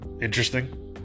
interesting